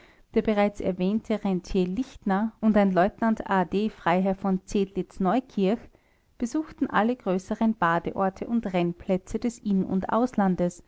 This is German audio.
der bereits erwähnte rentier lichtner und ein leutnant a d freiherr v zedlitz neukirch besuchten alle größeren badeorte und rennplätze des in und auslandes